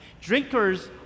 Drinkers